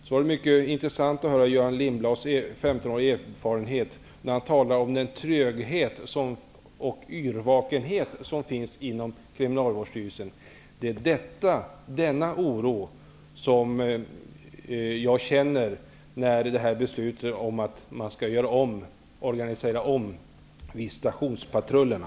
Det var mycket intressant att höra om Göran Lindblads femtonåriga erfarenhet och när han talade om den tröghet och yrvakenhet som finns inom Kriminalvårdsstyrelsen. Det är denna oro som jag känner inför beslutet om att man skall omorganisera visitationspatrullerna.